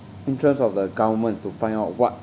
interest of the government to find out what